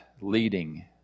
leading